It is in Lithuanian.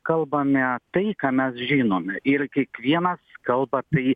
kalbame tai ką mes žinome ir kiekvienas kalba tai